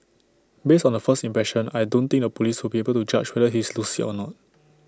based on the first impression I don't think the Police will be able to judge whether he's lucid or not